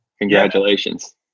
Congratulations